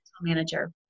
Manager